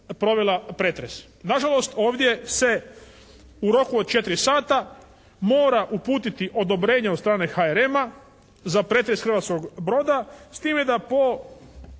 Na žalost ovdje se u roku od četiri sata mora uputiti odobrenje od strane HRM-a za pretres hrvatskog broda, s time da po